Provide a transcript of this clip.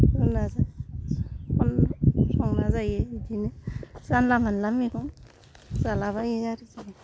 अनलाजों संना जायो बेखायनो जानला मोनला मेगं जालाबायो आरिखि